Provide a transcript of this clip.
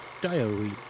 diary